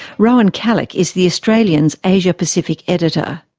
rowan callick is the australian's asia-pacific editor.